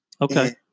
Okay